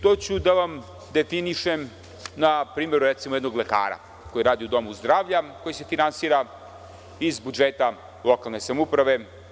To ću da vam definišem na primeru, recimo, jednog lekara koji radi u domu zdravlja, koji se finansira iz budžeta lokalne samouprave.